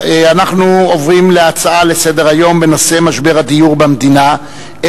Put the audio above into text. אנחנו עוברים להצעות לסדר-היום בנושא: משבר הדיור במדינה,